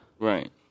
Right